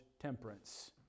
temperance